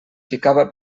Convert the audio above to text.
ficava